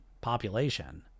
population